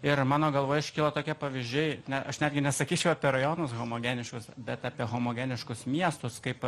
ir mano galvoje iškyla tokie pavyzdžiai na aš netgi nesakyčiau apie rajonus homogeniškus bet apie homogeniškus miestus kaip